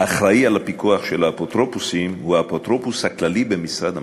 האחראי לפיקוח של האפוטרופוסים הוא האפוטרופוס הכללי במשרד המשפטים,